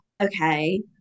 okay